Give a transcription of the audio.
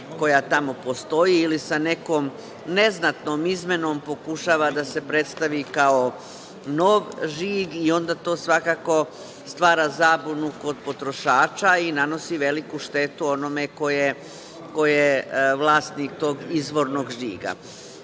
koja tamo postoji ili sa nekom neznatnom izmenom pokušava da se predstavi kao nov žig. Onda to svakako stvara zabunu kod potrošača i nanosi veliku štetu ko je vlasnik tog izvornog žiga. Ovo